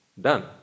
done